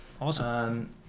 Awesome